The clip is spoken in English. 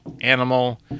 animal